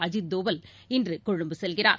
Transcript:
அஜித் தோவல் இன்று கொழும்பு செல்கிறார்